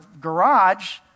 garage